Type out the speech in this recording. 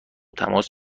تماس